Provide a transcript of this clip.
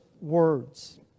words